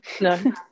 No